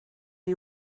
die